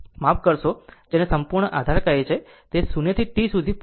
માફ કરશો r જેને સંપૂર્ણ આધાર કહે છે તે 0 થી T સુધી પૂર્ણ થાય છે